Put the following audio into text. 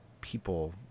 people